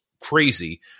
crazy